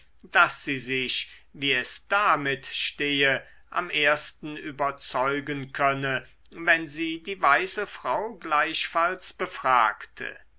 daß sie sich wie es damit stehe am ersten überzeugen könne wenn sie die weise frau gleichfalls befragte